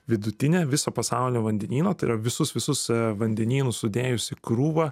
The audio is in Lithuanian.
vidutinė viso pasaulio vandenyno tai yra visus visus vandenynus sudėjus į krūvą